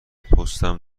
پستم